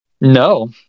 no